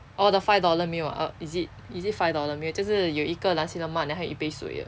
orh the five dollar meal ah is it is it five dollar meal 就是有一个 nasi lemak then 还有一杯水的